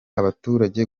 abaturage